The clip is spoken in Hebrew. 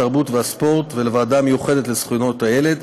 התרבות והספורט ולוועדה המיוחדת לזכויות הילד.